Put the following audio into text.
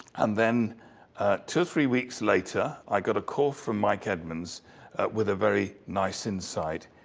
and then two or three weeks later, i got a call from mike edmonds with a very nice insight.